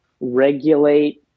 regulate